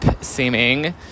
seeming